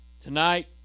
Tonight